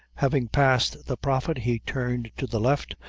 having passed the prophet, he turned to the left,